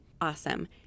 Awesome